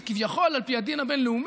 שכביכול על פי הדין הבין-לאומי,